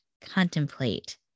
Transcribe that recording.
contemplate